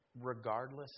Regardless